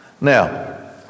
Now